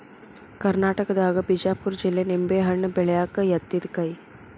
ಕರ್ನಾಟಕದಾಗ ಬಿಜಾಪುರ ಜಿಲ್ಲೆ ನಿಂಬೆಹಣ್ಣ ಬೆಳ್ಯಾಕ ಯತ್ತಿದ ಕೈ